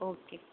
okay